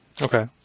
okay